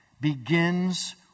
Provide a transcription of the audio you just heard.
begins